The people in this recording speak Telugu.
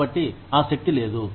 కాబట్టి ఆ శక్తి లేదు